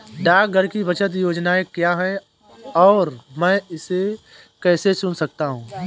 डाकघर की बचत योजनाएँ क्या हैं और मैं इसे कैसे चुन सकता हूँ?